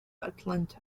atlanta